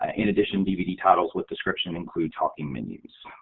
ah in addition dvd titles with description include talking menus.